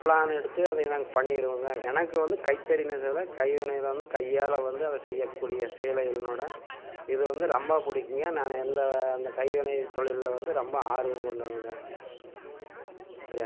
plan எடுத்து அதை நாங்கள் பண்ணிருவோங்க எனக்கு வந்து கைத்தறி நெசவில் கைவினையில வந்து கையால் வந்து அதை செய்யக்கூடிய சேலைகளோட இது வந்து ரொம்ப பிடிக்குங்க நான் எந்த அந்த கைவினைத்தொழில்ல வந்து ரொம்ப ஆர்வங்கொண்டவங்க சரியா